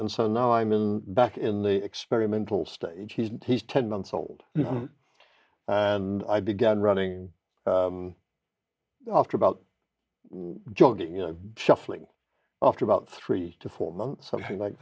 and so now i'm in back in the experimental stage he's he's ten months old and i began running after about jogging you know shuffling after about three to four months something like